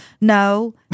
No